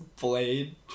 Blade